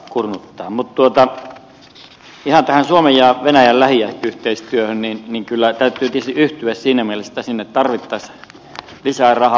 mutta ihan tähän suomen ja venäjän lähiyhteistyöhön täytyy tietysti yhtyä siinä mielessä että sinne tarvittaisiin lisää rahaa